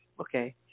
okay